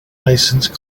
licence